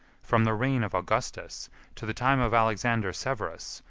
from the reign of augustus to the time of alexander severus,